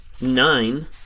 nine